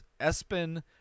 Espen